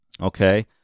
okay